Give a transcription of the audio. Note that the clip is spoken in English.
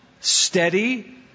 steady